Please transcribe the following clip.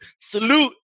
salute